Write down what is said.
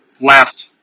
last